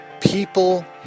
People